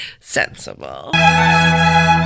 Sensible